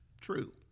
true